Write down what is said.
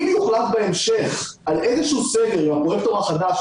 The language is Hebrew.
אם יוחלט בהמשך על איזה שהוא סגר עם הפרויקטור החדש,